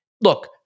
look